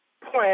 point